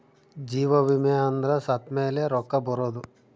ಜೀವ ವಿಮೆ ಅಂದ್ರ ಸತ್ತ್ಮೆಲೆ ರೊಕ್ಕ ಬರೋದು